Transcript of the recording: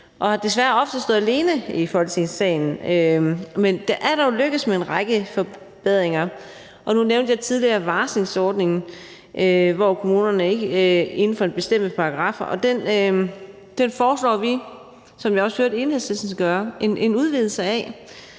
og desværre ofte stået alene i Folketingssalen, men det er dog lykkedes at komme igennem med en række forbedringer. Nu nævnte jeg tidligere varslingsordningen om, at kommunerne skal varsle, inden for bestemte paragraffer. Den foreslår vi, sådan som jeg også hørte Enhedslisten gøre det, en udvidelse af.